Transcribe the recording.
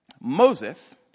Moses